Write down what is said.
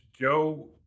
Joe